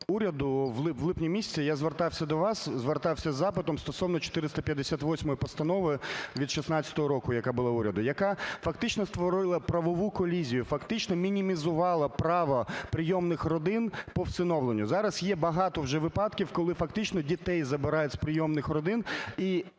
Уряду" в липні місяці я звертався до вас, звертався із запитом стосовно 458 постанови від 16-го року, яка була уряду, яка фактично створила правову колізію, фактично мінімізувала право прийомних родин по всиновленню. Зараз є багато вже випадків, коли фактично дітей забирають з прийомних родин